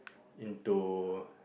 into